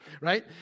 Right